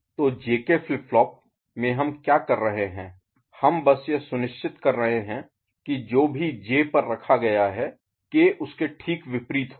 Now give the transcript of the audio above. तो JK flip flop में हम क्या कर रहे हैं हम बस यह सुनिश्चित कर रहे हैं कि जो भी जे पर रखा गया है के उसके ठीक विपरीत होगा